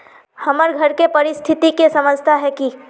हमर घर के परिस्थिति के समझता है की?